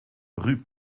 rue